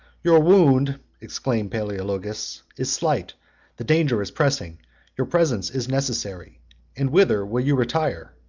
your wound, exclaimed palaeologus, is slight the danger is pressing your presence is necessary and whither will you retire?